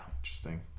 Interesting